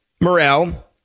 Morrell